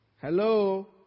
Hello